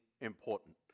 important